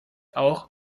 auch